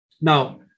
Now